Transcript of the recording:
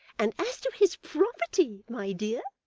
and as to his property, my dear